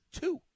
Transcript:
two